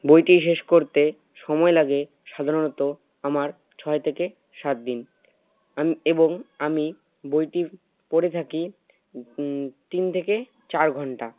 বইটি শেষ করতে সময় লাগে সাধারণত আমার ছয় থেকে সাত দিন এবং আমি বইটি পড়ে থাকি তিন থেকে চার ঘণ্টা